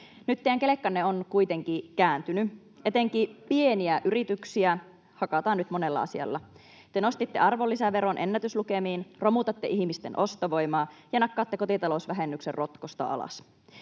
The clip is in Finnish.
Nyt teidän kelkkanne on kuitenkin kääntynyt — etenkin pieniä yrityksiä hakataan nyt monella asialla. Te nostitte arvonlisäveron ennätyslukemiin, romutatte ihmisten ostovoimaa ja nakkaatte kotitalousvähennyksen rotkosta alas.